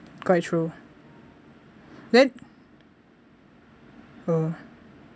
quite true then uh